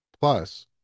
Plus